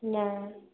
नहि